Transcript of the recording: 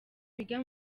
biga